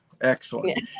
Excellent